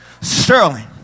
Sterling